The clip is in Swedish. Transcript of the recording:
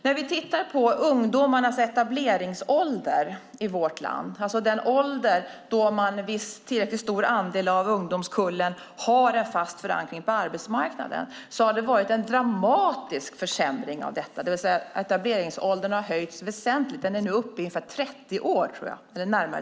Om vi tittar på ungdomarnas etableringsålder i vårt land, alltså den ålder vid vilken en tillräckligt stor del av en ungdomskull har en fast förankring på arbetsmarknaden, kan vi se att det har varit en dramatisk försämring av detta. Etableringsåldern har höjts väsentligt och är nu uppe i närmare 30 år, tror jag.